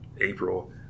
April